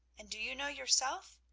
and do you know yourself?